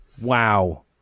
Wow